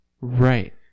Right